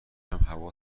هوا